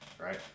right